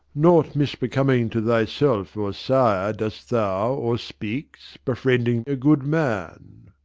nought misbecoming to thyself or sire doest thou or speak'st, befriending a good man.